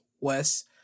Wes